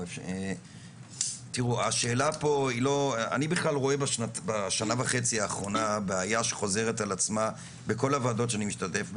שתהיה לחלוטין זהות בין הדרישות לטיולים בתנועות הנוער לבין